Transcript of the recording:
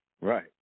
Right